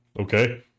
Okay